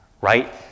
right